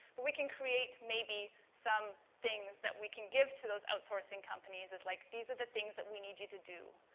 but we can create maybe some things that we can give to those outsourcing companies as like, these are the things that we need you to do.